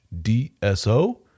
DSO